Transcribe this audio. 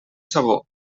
sabó